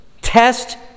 Test